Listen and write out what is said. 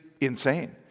insane